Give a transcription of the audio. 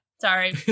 sorry